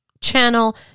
channel